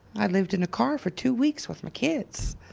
i lived in a car for two weeks with my kids.